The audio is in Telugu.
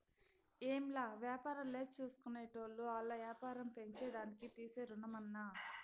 ఏంలా, వ్యాపారాల్జేసుకునేటోళ్లు ఆల్ల యాపారం పెంచేదానికి తీసే రుణమన్నా